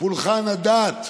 פולחן הדת,